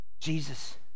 Jesus